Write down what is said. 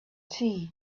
tea